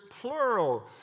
plural